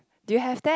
do you have that